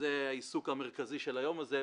שזה העיסוק המרכזי של היום הזה.